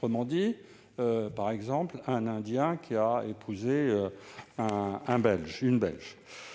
comme, par exemple, un Indien qui aurait épousé une Belge, les